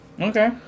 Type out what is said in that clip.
Okay